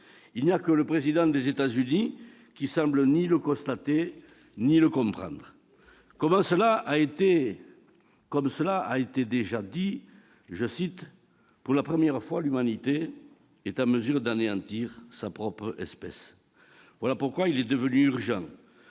Il n'y a que le président des États-Unis qui ne semble ni le constater ni le comprendre. Comme cela a déjà été cité, « pour la première fois, l'Humanité est en mesure d'anéantir sa propre espèce ». Voilà pourquoi il est devenu urgent